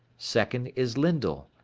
second, is lyndal,